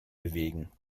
bewegen